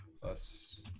plus